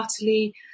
utterly